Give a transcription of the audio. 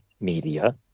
media